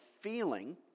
feeling